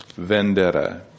vendetta